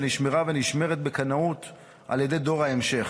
שנשמרה ונשמרת בקנאות על ידי דור ההמשך.